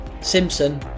Simpson